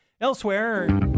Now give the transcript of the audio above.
Elsewhere